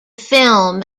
film